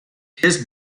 his